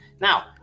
Now